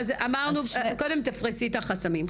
אז קודם תפרסי את החסמים.